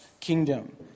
Kingdom